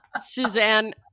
Suzanne